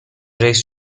رییس